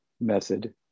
method